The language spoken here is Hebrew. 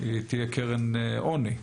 היא תהיה קרן עוני.